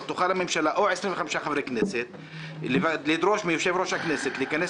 תוכל הממשלה או 25 חברי כנסת לדרוש מיושב-ראש הכנסת לכנס